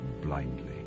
blindly